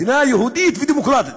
מדינה יהודית ודמוקרטית.